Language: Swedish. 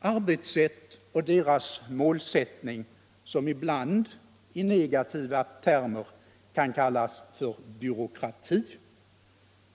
arbetssätt och deras målsättning, som ibland i negativa termer kan kallas för byråkrati.